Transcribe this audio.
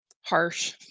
harsh